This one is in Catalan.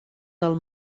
del